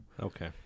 Okay